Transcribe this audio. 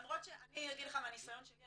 למרות שאני אגיד לך מהניסיון שלי,